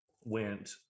went